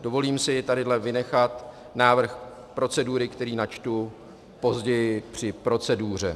Dovolím si tady vynechat návrh procedury, který načtu později při proceduře.